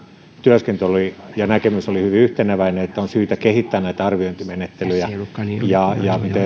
työskentelyssä näkemys oli hyvin yhteneväinen että on syytä kehittää näitä arviointimenettelyjä mitä